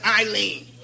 Eileen